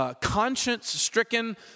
conscience-stricken